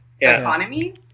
economy